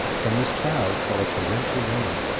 from this cloud, fell a torrential rain,